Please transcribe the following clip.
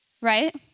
right